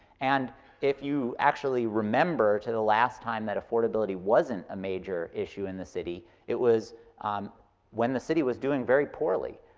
and if you actually remember to the last time that affordability wasn't a major issue in the city, it was when the city was doing very poorly.